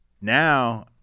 now